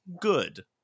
good